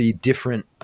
different